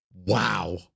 Wow